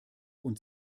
und